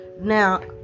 Now